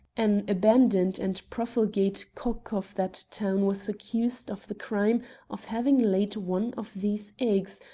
an abandoned and profligate cock of that town was accused of the crime of having laid one of these eggs,